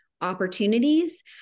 opportunities